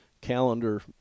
calendar